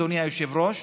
אדוני היושב-ראש,